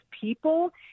people